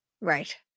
right